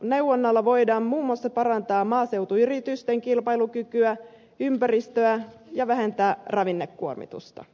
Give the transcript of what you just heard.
neuvonnalla voidaan muun muassa parantaa maaseutuyritysten kilpailukykyä ympäristöä ja vähentää ravinnekuormitusta